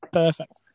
perfect